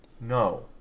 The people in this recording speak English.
No